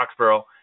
Foxborough